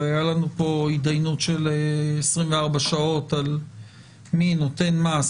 הרי היה לנו פה התדיינות של 24 שעות על מי נותן מה.